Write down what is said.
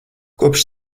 kopš